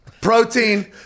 protein